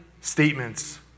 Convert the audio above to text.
statements